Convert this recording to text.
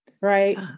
right